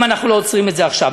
אם אנחנו לא עוצרים את זה עכשיו.